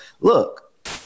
look